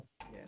Yes